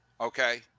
Okay